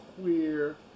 queer